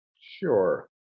Sure